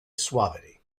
suavity